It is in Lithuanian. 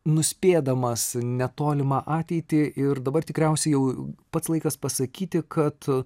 nuspėdamas netolimą ateitį ir dabar tikriausiai jau pats laikas pasakyti kad